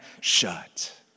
shut